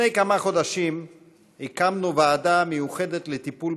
לפני כמה חודשים הקמנו ועדה מיוחדת לטיפול